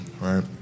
right